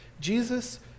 Jesus